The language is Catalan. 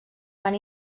van